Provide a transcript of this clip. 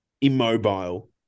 immobile